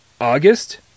August